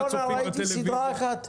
הייתי חולה קורונה, ראיתי סדרה אחת.